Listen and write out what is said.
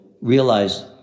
realize